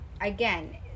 again